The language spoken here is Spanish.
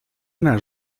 una